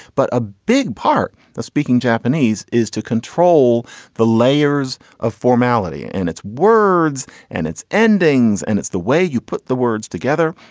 but a big part. the speaking japanese is to control the layers of formality and its words and its endings. and it's the way you put the words together.